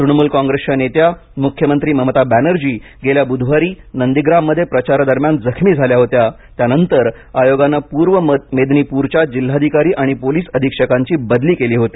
तृणमूल काँग्रेसच्या नेत्या मुख्यमंत्री ममता बॅनर्जी गेल्या बुधवारी नंदीग्राममध्ये प्रचारादरम्यान जखमी झाल्या होत्या त्यानंतर आयोगानं पूर्व मेदनीपूरच्या जिल्हाधिकारी आणि पोलीस अधीक्षकांची बदली केली होती